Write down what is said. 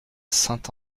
saint